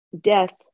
death